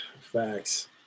Facts